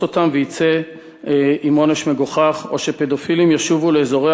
אותם ויצא עם עונש מגוחך או שפדופילים ישובו לאזורי